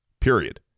period